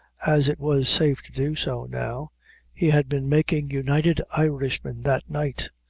as it was safe to do so now he had been making united irishmen that night,